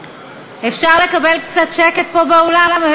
אפשר לקבל קצת שקט פה באולם?